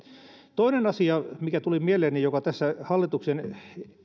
toinen asia mikä tuli mieleeni ja joka tässä hallituksen